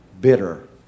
bitter